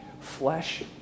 flesh